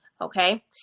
Okay